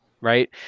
Right